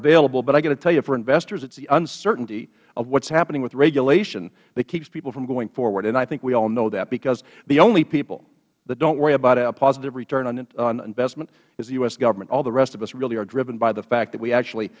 available but i got to tell you for investors it is the uncertainty of what is happening with regulation that keeps people from going forward and i think we all know that because the only people that don't worry about a positive return on investment is the u s government all the rest of us really are driven by the fact that we actually